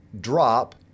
drop